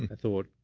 and thought,